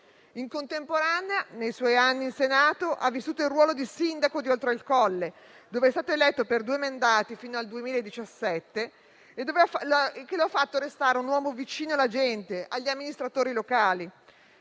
In contemporanea ai suoi anni in Senato, ha vissuto il ruolo di sindaco di Oltre Il Colle, dove è stato eletto per due mandati, fino al 2017, carica che lo ha fatto restare vicino alla gente e agli amministratori locali,